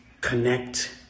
connect